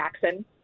Jackson